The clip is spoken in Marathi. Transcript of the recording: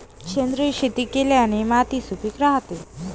सेंद्रिय शेती केल्याने माती सुपीक राहते